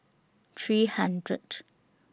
three hundredth